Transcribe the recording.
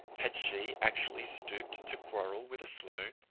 had she actually stooped to quarrel with a sloane?